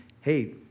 hey